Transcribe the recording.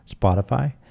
Spotify